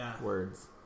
words